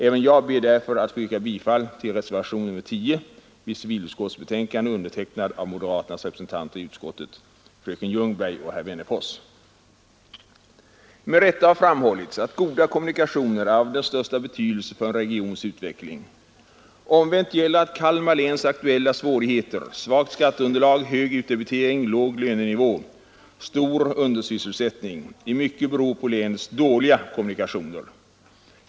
Även jag ber därför att få yrka bifall till reservationen 10 vid civilutskottets betänkande, undertecknad av moderaternas representanter i utskottet, fröken Ljungberg och herr Wennerfors. Med rätta har framhållits att goda kommunikationer är av största betydelse för en regions utveckling. Omvänt gäller att Kalmar läns aktuella svårigheter — svagt skatteunderlag, hög utdebitering, låg lönenivå, stor undersysselsättning — i mycket beror på länets dåliga kommunikationer.